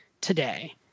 today